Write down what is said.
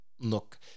Look